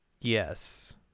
Yes